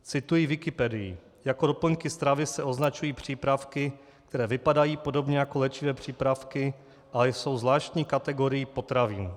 Cituji Wikipedii: Jako doplňky stravy se označují přípravky, které vypadají podobně jako léčivé přípravky, ale jsou zvláštní kategorií potravin.